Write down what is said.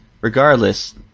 regardless